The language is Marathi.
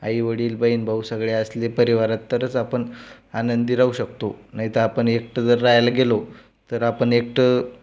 आईवडील बहीण भाऊ सगळे असले परिवारात तरच आपण आनंदी राहू शकतो नाहीतर आपण एकटं जर राहायला गेलो तर आपण एकटं